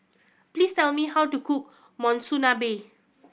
please tell me how to cook Monsunabe